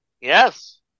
Yes